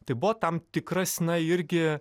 tai buvo tam tikras na irgi